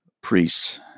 priests